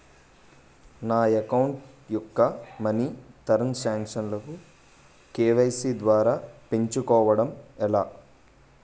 నా అకౌంట్ యెక్క మనీ తరణ్ సాంక్షన్ లు కే.వై.సీ ద్వారా పెంచుకోవడం ఎలా?